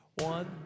One